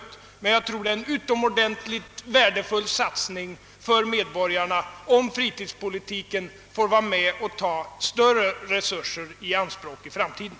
Men i själva verket innebär det för medborgarna en utomordentligt värdefull satsning, om fritidspolitiken får vara med och ta större resurser i anspråk i framtiden.